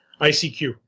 ICQ